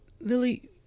Lily